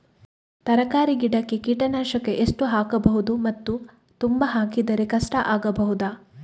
ತರಕಾರಿ ಗಿಡಕ್ಕೆ ಕೀಟನಾಶಕ ಎಷ್ಟು ಹಾಕ್ಬೋದು ಮತ್ತು ತುಂಬಾ ಹಾಕಿದ್ರೆ ಕಷ್ಟ ಆಗಬಹುದ?